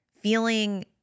feeling